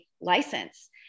license